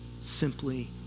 simply